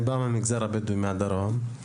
אני בא מהמגזר הבדואי, מהדרום,